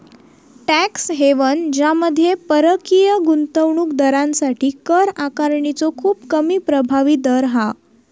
tax haven ज्यामध्ये परकीय गुंतवणूक दारांसाठी कर आकारणीचो खूप कमी प्रभावी दर हा